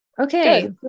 Okay